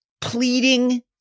pleading